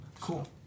Cool